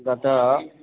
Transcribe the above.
गत